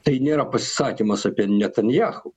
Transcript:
tai nėra pasisakymas apie netanjahu